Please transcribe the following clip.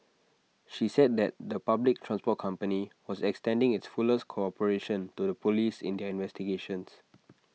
she said that the public transport company was extending its fullest cooperation to the Police investigations